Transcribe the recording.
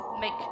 make